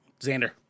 Xander